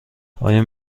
آیا